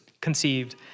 conceived